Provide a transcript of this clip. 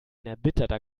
erbitterter